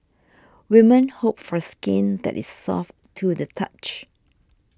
women hope for skin that is soft to the touch